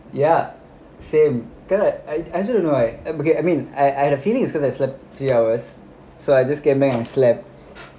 ya same then I I also don't know why okay I mean I I had a feeling it's because I slept three hours so I just came back and slept